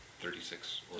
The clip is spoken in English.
Thirty-six